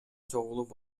чогулуп